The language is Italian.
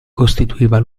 costituiva